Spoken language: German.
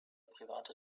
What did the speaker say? privater